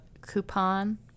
coupon